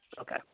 Okay